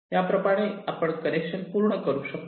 याप्रमाणे आपण कनेक्शन पूर्ण करू शकतो